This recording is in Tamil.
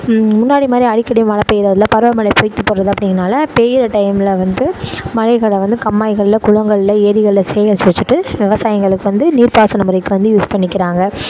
முன்னாடி மாதிரி அடிக்கடி மழைப்பெய்யுறது இல்லை பருவமழை பொய்த்து போயிடுறது அப்படினால பெய்யுற டைமில் வந்து மழைகளை வந்து கம்மாய்களில் குளங்களில் ஏரிகளில் சேகரித்து வெச்சுட்டு விவசாயங்களுக்கு வந்து நீர்ப்பாசன முறைக்கு வந்து யூஸ் பண்ணிக்கிறாங்க